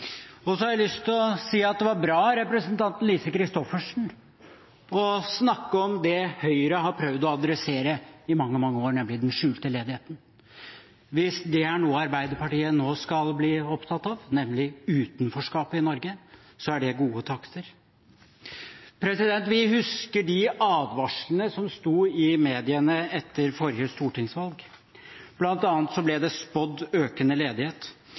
innlandet. Så har jeg lyst til å si at det var bra av representanten Lise Christoffersen å snakke om det Høyre har prøvd å adressere i mange, mange år, nemlig den skjulte ledigheten. Hvis det er noe Arbeiderpartiet nå skal bli opptatt av, nemlig utenforskapet i Norge, er det gode takter. Vi husker de advarslene som sto i mediene etter forrige stortingsvalg. Blant annet ble det spådd økende ledighet.